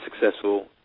successful